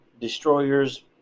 destroyers